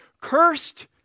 Cursed